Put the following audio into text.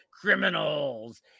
criminals